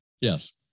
Yes